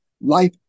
Life